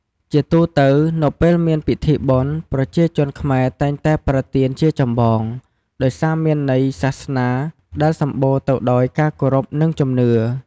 ជាទូទៅ នៅពេលមានពិធីបុណ្យ ប្រជាជនខ្មែរតែងតែប្រើទៀនជាចម្បង ដោយសារមានន័យសាសនាដែលសម្បូរទៅដោយការគោរពនិងជំនឿ។